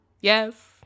yes